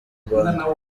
rwanda